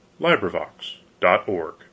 LibriVox.org